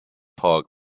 park